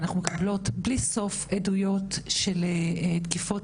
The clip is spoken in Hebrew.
אנחנו מקבלות בלי סוף עדויות של תקיפות